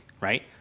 right